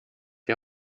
die